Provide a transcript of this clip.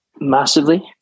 massively